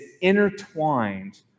intertwined